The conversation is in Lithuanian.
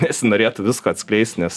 nesinorėtų visko atskleist nes